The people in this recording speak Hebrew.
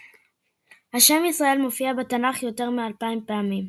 השם "ישראל" מופיע בתנ"ך יותר מאלפיים פעמים.